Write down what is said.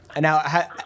Now